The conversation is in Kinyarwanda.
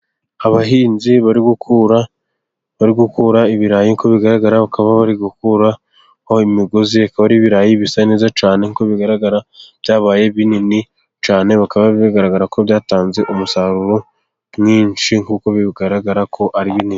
Abahinzi bari gukura, bari gukura ibirayi nkuko bigaragara bakaba bari gukuraho imigozi, akaba ari ibirayi bisa neza cyane nkuko bigaragara byabaye binini cyane, bikaba bigaragara ko byatanze umusaruro mwinshi, nkuko bigaragara ko ari binini.